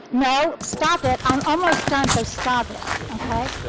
no, stop it, i'm almost done, so stop it. okay,